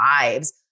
lives